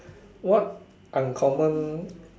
what uncommon